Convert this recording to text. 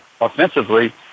offensively